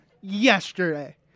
yesterday